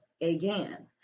again